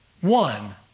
one